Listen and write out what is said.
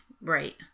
Right